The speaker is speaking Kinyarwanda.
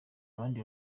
abandi